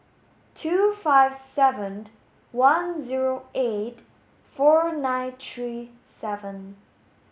two five seven one zero eight four nine three seven